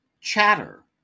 Chatter